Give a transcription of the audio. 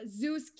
Zeus